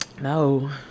no